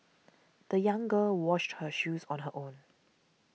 the young girl washed her shoes on her own